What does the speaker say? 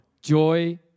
Joy